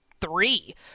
three